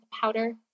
powder